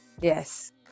Yes